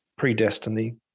predestiny